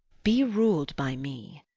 be rul'd by me,